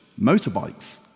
motorbikes